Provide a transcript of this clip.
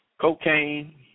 cocaine